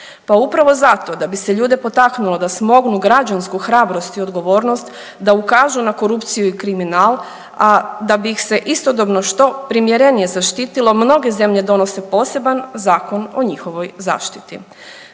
Pa upravo zato da bi se ljude potaknulo da smognu građansku hrabrost i odgovornost, da ukažu na korupciju i kriminal, a da bi ih se istodobno što primjerenije zaštitilo mnoge zemlje donose poseban zakon o njihovoj zaštiti.